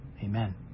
Amen